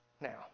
Now